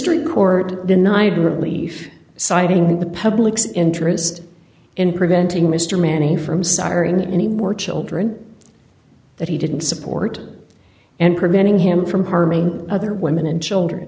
district court denied relief citing the public's interest in preventing mr manning from siren any more children that he didn't support and preventing him from harming other women and children